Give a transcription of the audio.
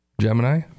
Gemini